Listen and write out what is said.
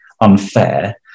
unfair